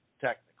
technically